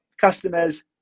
customers